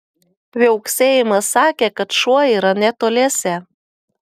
viauksėjimas sakė kad šuo yra netoliese